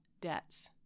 debts